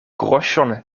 groŝon